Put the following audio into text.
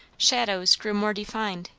shadows grew more defined,